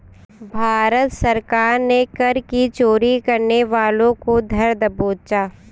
भारत सरकार ने कर की चोरी करने वालों को धर दबोचा